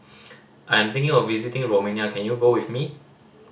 I'm thinking of visiting Romania can you go with me